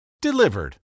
delivered